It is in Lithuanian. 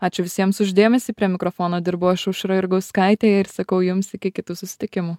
ačiū visiems už dėmesį prie mikrofono dirbu aš aušra jurgauskaitė ir sakau jums iki kitų susitikimų